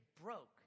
broke